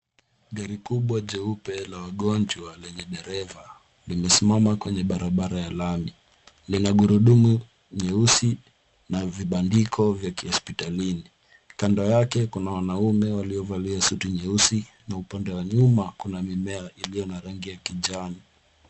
Gari kubwa jeupe la wagonjwa lenye dereva, limesimama kwenye barabara ya lami. Lina gurudumu nyeusi na vibandiko vya kihospitalini, kando yake kuna wanaume waliovalia suti nyeusi na upande wa nyuma kuna mimea iliyo na rangi ya kijani.